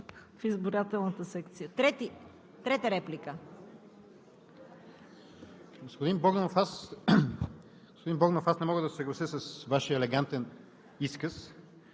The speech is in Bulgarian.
трета реплика.